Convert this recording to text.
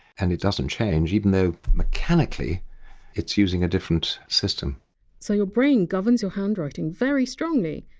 and it doesn't change even though mechanically it's using a different system so your brain governs your handwriting very strongly,